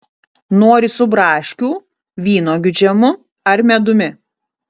nori su braškių vynuogių džemu ar medumi